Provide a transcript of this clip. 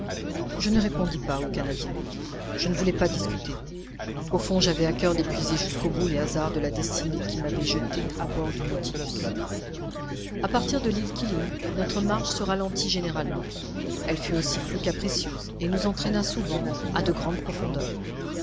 je ne répondis pas au canadien je ne voulais pas discuter au fond j'avais à coeur d'épuiser jusqu'au bout les hasards de la destinée qui m'avait jeté à bord du nautilus a partir de l'île keeling notre marche se ralentit généralement elle fut aussi plus capricieuse et nous entraîna souvent à de grandes profondeurs